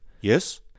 Yes